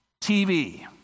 TV